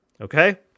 Okay